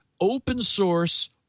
open-source